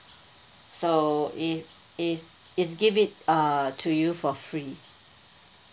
so it's it's it's give it uh to you for free